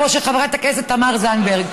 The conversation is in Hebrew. כמו חברת הכנסת תמר זנדברג,